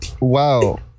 Wow